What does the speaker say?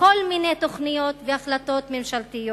בכל מיני תוכניות והחלטות ממשלתיות.